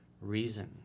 reason